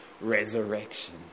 resurrection